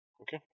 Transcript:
Okay